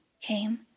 came